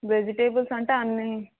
vegetables అంటే అన్ని